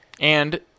And-